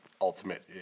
Ultimate